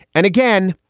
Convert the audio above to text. and again,